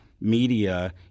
media